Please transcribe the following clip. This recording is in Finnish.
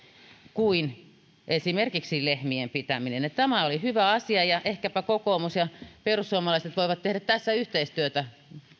kuin esimerkiksi lehmien pitäminen tämä oli hyvä asia ja ehkäpä kokoomus ja perussuomalaiset voivat tehdä tässä yhteistyötä